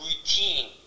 routine